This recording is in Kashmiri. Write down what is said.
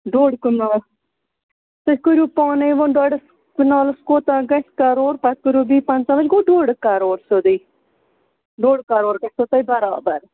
ڈۄڈ کنال تُہۍ کٔرِو پانَے وۄنۍ ڈۄڈَس کنالَس کوتاہ گژھِ کَرورپَتہٕ کٔرِو بیٚیہِ پنٛژاہ لَچھ گوٚو ڈۄڈ کَرور سیوٚدُے ڈۄڈ کَرور گژھیو تۄہہِ بَرابَر